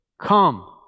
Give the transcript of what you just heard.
come